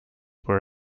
were